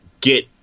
get